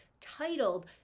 titled